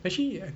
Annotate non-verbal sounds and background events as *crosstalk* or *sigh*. actually *noise*